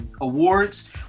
awards